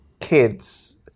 kids